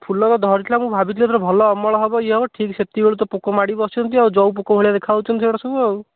ଫୁଲ ବା ଧରିଥିଲା ମୁଁ ଭାବିଥିଲି ଏଥର ଭଲ ଅମଳ ହେବ ଇଏ ହେବ ଠିକ୍ ସେତିକି ବେଳୁତ ପୋକ ମାଡ଼ି ବସିଛନ୍ତି ଆଉ ଜଉ ପୋକ ଭଳିଆ ଦେଖାହଉଛନ୍ତି ସେଇଗୁଡ଼ା ସବୁ ଆଉ